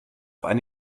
eine